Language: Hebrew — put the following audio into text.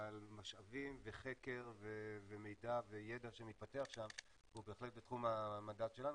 אבל משאבים וחקר ומידע וידע שמתפתח שם הם בהחלט בתחום המנדט שלנו,